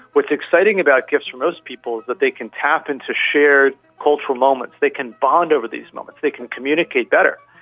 what's exciting about gifs for most people is they can tap into shared cultural moments, they can bond over these moments, they can communicate better.